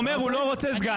הוא אומר שהוא לא רוצה סגן.